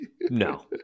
No